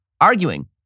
arguing